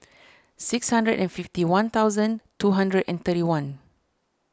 six hundred and fifty one thousand two hundred and thirty one